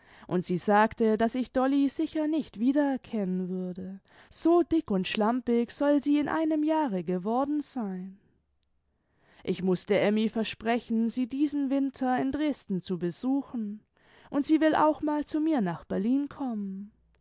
und sie sagte daß ich dolly sicher nicht wiedererkennen würde so dick und schlampig soll sie in einem jahre geworden sein ich mußte emmy versprechen sie diesen winter in dresden zu besuchen und sie will auch mal zu mir nach berlin kommen